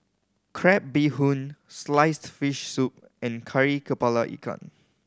crab bee hoon sliced fish soup and Kari Kepala Ikan